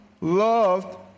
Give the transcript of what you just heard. loved